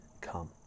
come